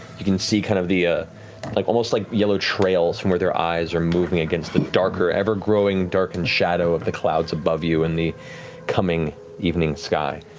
you can see kind of the ah like almost like yellow trails from where their eyes are moving against the darker, ever growing darkened shadow of the clouds above you in the coming evening sky.